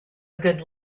good